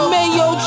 Mayo